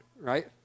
right